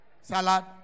Salad